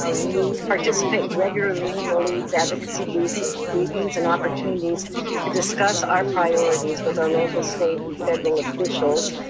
ah we participate regularly in the lead's advocacy briefings briefings and opportunities to discuss our priorities with our local state and federal officials.